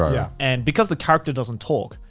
right. yeah and because the character doesn't talk,